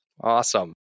Awesome